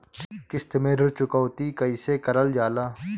किश्त में ऋण चुकौती कईसे करल जाला?